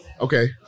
Okay